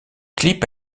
clip